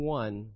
one